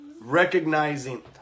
recognizing